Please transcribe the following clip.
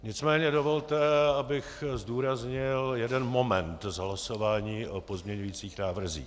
Nicméně dovolte, abych zdůraznil jeden moment z hlasování o pozměňovacích návrzích.